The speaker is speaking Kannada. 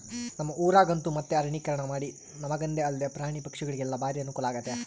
ನಮ್ಮ ಊರಗಂತೂ ಮತ್ತೆ ಅರಣ್ಯೀಕರಣಮಾಡಿ ನಮಗಂದೆ ಅಲ್ದೆ ಪ್ರಾಣಿ ಪಕ್ಷಿಗುಳಿಗೆಲ್ಲ ಬಾರಿ ಅನುಕೂಲಾಗೆತೆ